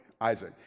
Isaac